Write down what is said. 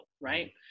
right